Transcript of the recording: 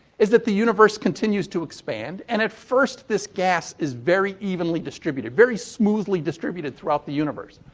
is that the universe continues to expand. and, at first, this gas is very evenly distributed, very smoothly distributed throughout the universe.